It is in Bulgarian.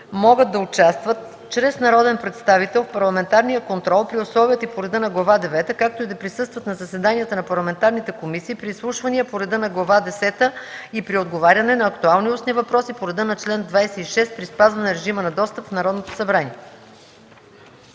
могат да участват чрез народен представител в парламентарния контрол при условията и по реда на глава девета, както и да присъстват на заседанията на парламентарните комисии при изслушвания по реда на глава десета и при отговаряне на актуални устни въпроси по реда на чл. 26 при спазване режима на достъп в Народното събрание.”